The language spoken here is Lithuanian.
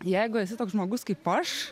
jeigu esi toks žmogus kaip aš